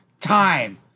time